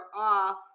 off